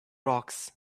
rocks